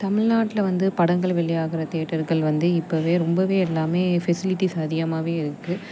தமிழ்நாட்ல வந்து படங்கள் வெளியாகிற தேட்டர்கள் வந்து இப்ப ரொம்ப எல்லாம் ஃபெசிலிட்டீஸ் அதிகமாக இருக்குது